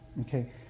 okay